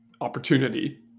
opportunity